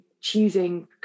choosing